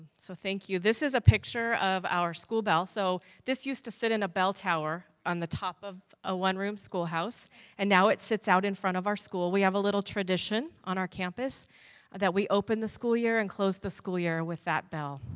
so, thank you. this is a picture of our school bell. so, this used used to sit in a bell tower on the top of a one room school house an now it sits out in front of our school. we have a little tradition on our campus that we open the school year and close the school year with that bell.